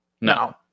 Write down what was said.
no